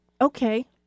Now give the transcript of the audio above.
Okay